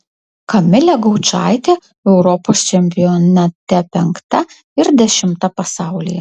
kamilė gaučaitė europos čempionate penkta ir dešimta pasaulyje